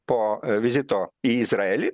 po vizito į izraelį